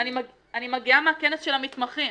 אני מגיעה מהכנס של המתמחים,